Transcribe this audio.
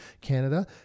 Canada